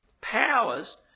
powers